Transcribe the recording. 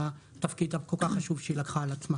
התפקיד הכל-כך חשוב שהיא לקחה על עצמה.